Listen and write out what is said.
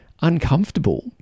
uncomfortable